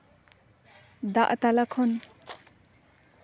ᱫᱟᱜ ᱛᱟᱞᱟ ᱠᱷᱚᱱ